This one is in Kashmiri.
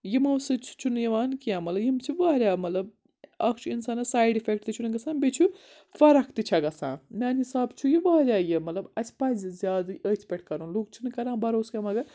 یِمو سۭتۍ چھُنہٕ یِوان کیٚنٛہہ مطلب یِم چھِ واریاہ مطلب اَکھ چھُ اِنسانَس سایِڈ اِفٮ۪کٹ تہِ چھُنہٕ گَژھان بیٚیہِ چھُ فرق تہِ چھےٚ گژھان میٛانہِ حِساب چھُ یہِ واریاہ یہِ مطلب اَسہِ پَزِ زیادٕ أتھۍ پٮ۪ٹھ کَرُن لُکھ چھِنہٕ کَران بروس کینٛہہ مگر